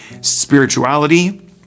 Spirituality